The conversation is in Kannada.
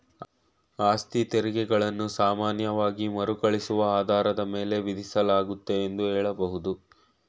ಆಸ್ತಿತೆರಿಗೆ ಗಳನ್ನ ಸಾಮಾನ್ಯವಾಗಿ ಮರುಕಳಿಸುವ ಆಧಾರದ ಮೇಲೆ ವಿಧಿಸಲಾಗುತ್ತೆ ಎಂದು ಹೇಳಬಹುದು